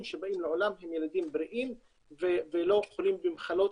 שבאים לעולם הם ילדים בריאים ולא חולים במחלות,